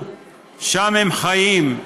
שם הם חיים,